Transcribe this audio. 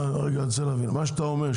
אני רוצה להבין מה שאתה אומר,